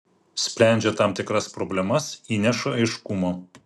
sprendžia tam tikras problemas įneša aiškumo